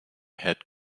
head